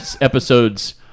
episodes